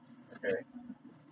correct okay